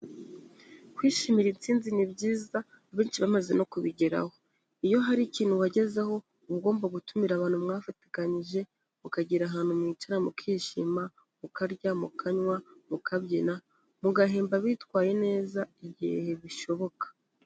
Kwishimira intsinzi ni byiza, abenshi bamaze no kubigeraho, iyo hari ikintu wagezeho ugomba gutumira abantu mwafatikanije, mukagira ahantu mwicara mukishima, ukarya, mukanywa, mukabyina, mugahemba bitwaye neza igihe bishoboka.